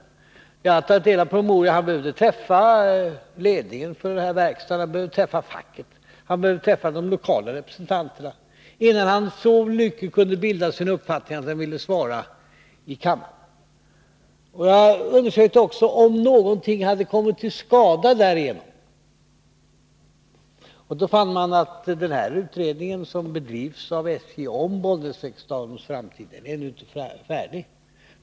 Jag har tagit del av promemorian rörande det här speciella ärendet. Han behövde träffa ledningen för verkstaden, han behövde träffa facket och han behövde träffa de lokala representanterna, innan han kunde bilda sig en uppfattning för att besvara frågan i kammaren. Jag undersökte också om någon skada hade uppkommit på grund av dröjsmålet. Jag fann då att den utredning som bedrivs av SJ om Bollnäsverkstadens framtid ännu inte är färdig.